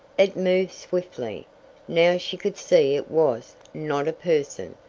it moved swiftly now she could see it was not a person!